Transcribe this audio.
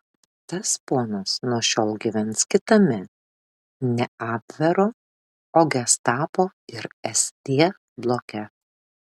tas ponas nuo šiol gyvens kitame ne abvero o gestapo ir sd bloke